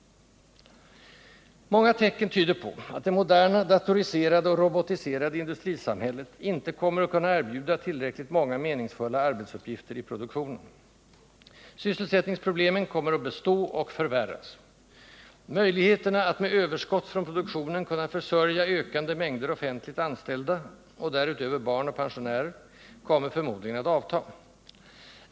Många tecken tyder på att det moderna, datoriserade och robotiserade industrisamhället inte kommer att kunna erbjuda tillräckligt många meningsfulla arbetsuppgifter i produktionen. Sysselsättningsproblemen kommer att bestå och förvärras. Möjligheterna att med överskott från produktionen försörja ökande mängder offentligt anställda — och därutöver barn och pensionärer — kommer förmodligen att avta.